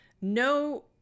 No